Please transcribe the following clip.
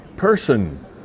person